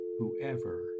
Whoever